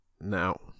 now